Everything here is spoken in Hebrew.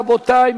רבותי,